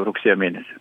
rugsėjo mėnesį